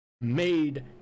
made